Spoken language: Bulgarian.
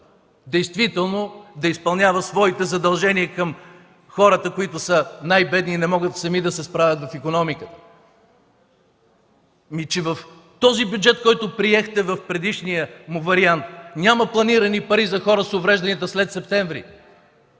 действително да изпълнява своите задължения към най-бедните хора, които не могат сами да се справят в икономиката. В бюджета, който приехте в предишния му вариант, няма планирани пари за хора с увреждания след месец септември.